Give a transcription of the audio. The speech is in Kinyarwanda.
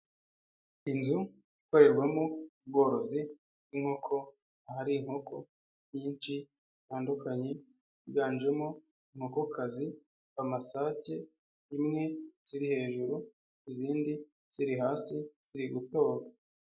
Inzu ikorerwamo ubworozi bw'inkoko aho ari inkoko nyinshi zitandukanye higanjemo inkokokazi, amasake, zimwe ziri hejuru izindi ziri hasi ziri gutora.